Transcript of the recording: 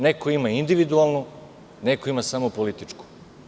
Neko ima individualnu, neko ima samo političku.